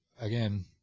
again